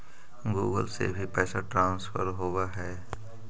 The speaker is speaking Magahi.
गुगल से भी पैसा ट्रांसफर होवहै?